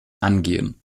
angehen